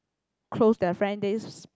close their friend they